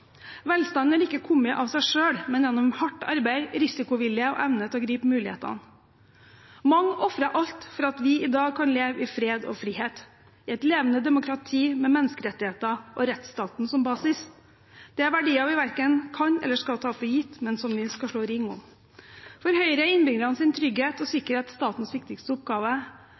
Velstanden har ikke kommet av seg selv, men gjennom hardt arbeid, risikovilje og evne til å gripe mulighetene. Mange ofret alt for at vi i dag kan leve i fred og frihet, i et levende demokrati med menneskerettigheter og rettsstaten som basis. Det er verdier vi verken kan eller skal ta for gitt, men som vi skal slå ring om. For Høyre er innbyggernes trygghet og sikkerhet statens viktigste oppgave.